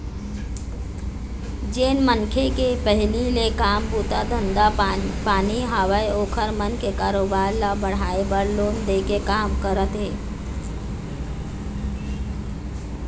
जेन मनखे के पहिली ले काम बूता धंधा पानी हवय ओखर मन के कारोबार ल बढ़ाय बर लोन दे के काम करत हे